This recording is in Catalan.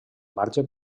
marge